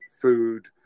food